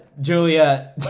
julia